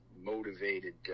motivated